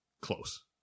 close